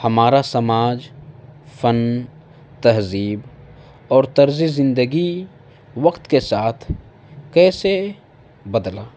ہمارا سماج فن تہذیب اور طرزِ زندگی وقت کے ساتھ کیسے بدلا